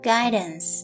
Guidance